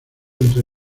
entre